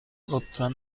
لطفا